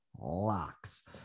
locks